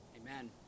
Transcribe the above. Amen